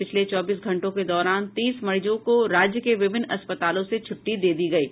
पिछले चौबीस घंटों के दौरान तीस मरीजों को राज्य के विभिन्न अस्पतालों से छुट्टी दी गयी